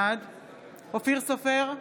בעד אופיר סופר,